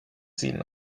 ziehen